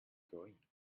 going